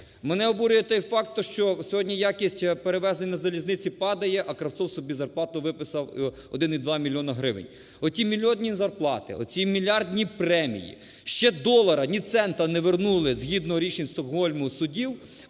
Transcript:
Мене обурює той факт, що сьогодні якість перевезень на залізниці падає, а Кравцов собі зарплату виписав 1,2 мільйони гривень. Оті мільйонні зарплати, оці мільярдні премії! Ще ні долара, ні цента не вернули згідно рішень Стокгольму судів,